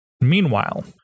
Meanwhile